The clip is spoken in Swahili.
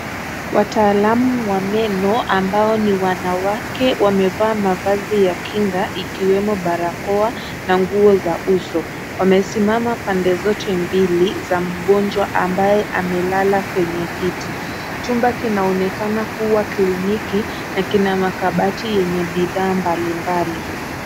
Wataalamu wa meno ambao ni wanawake wamevaa mavazi ya kinga ikiwemo barakoa na nguo za uso, wamesimama pande zote mbili za mgonjwa ambaye amelala kwenye kiti. Chumba kinaonekana kuwa kliniki na kina makabati yenye bidhaa mbalimbali.